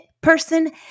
person